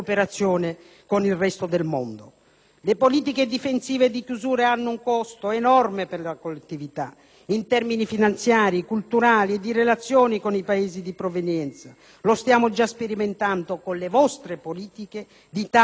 Le politiche difensive e di chiusura hanno un costo enorme per la collettività, in termini finanziari, culturali e di relazioni con i Paesi di provenienza, come stiamo già sperimentando con le vostre politiche di tagli già previsti nella finanziaria